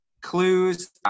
clues